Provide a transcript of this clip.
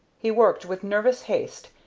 he worked with nervous haste,